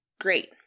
great